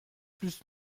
plus